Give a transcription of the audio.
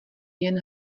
jen